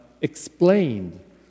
explained